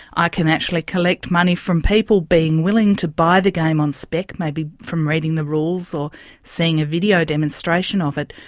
i can actually collect money from people willing to buy the game on spec, maybe from reading the rules or seeing a video demonstration of it,